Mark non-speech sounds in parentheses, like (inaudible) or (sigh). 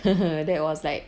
(laughs) that was like